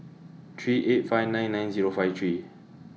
three eight five nine nine Zero five three